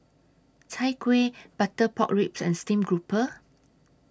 Chai Kuih Butter Pork Ribs and Steamed Grouper